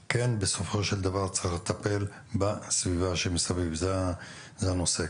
כן צריך לטפל בסביבה שמסביב לאירוע.